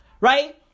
Right